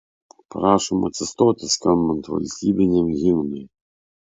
prašom atsistoti skambant valstybiniam himnui